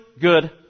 good